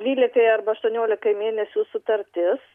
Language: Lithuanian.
dvylikai arba aštuoniolikai mėnesių sutartis